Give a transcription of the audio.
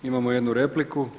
Imamo jednu repliku.